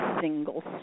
single